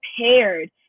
prepared